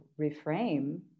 reframe